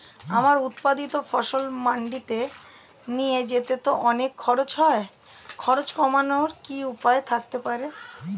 আমার উৎপাদিত ফসল মান্ডিতে নিয়ে যেতে তো অনেক খরচ হয় খরচ কমানোর কি উপায় থাকতে পারে?